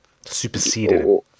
superseded